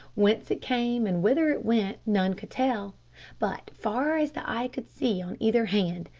whence it came and whither it went none could tell but, far as the eye could see on either hand,